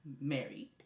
married